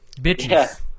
bitches